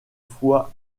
fois